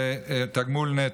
זה תגמול נטו,